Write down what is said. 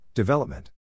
Development